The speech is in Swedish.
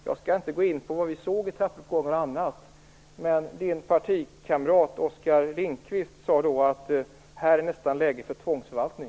Jag skall inte gå in på vad vi såg i trappuppgångarna, men Carina Mobergs partikamrat Oskar Lindkvist sade att här är nästan läge för tvångsförvaltning.